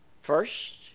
First